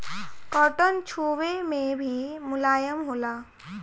cotton छुवे मे भी मुलायम होला